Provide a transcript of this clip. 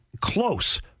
close